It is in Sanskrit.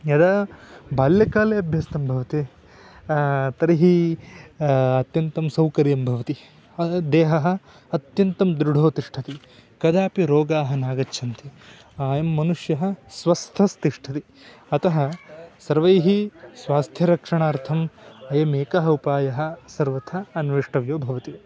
यदा बाल्यकाले अभ्यस्तं भवति तर्हि अत्यन्तं सौकर्यं भवति देहः अत्यन्तं दृढो तिष्ठति कदापि रोगाः नागच्छन्ति अयं मनुष्यः स्वस्थस्तिष्ठति अतः सर्वैः स्वास्थ्यरक्षाणर्थम् अयमेकः उपायः सर्वथा अन्वेष्टव्यो भवति